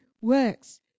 works